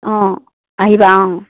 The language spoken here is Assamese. অ' আহিবা অ'